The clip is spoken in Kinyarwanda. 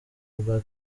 bwa